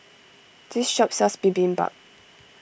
this shop sells Bibimbap